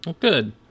Good